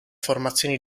formazioni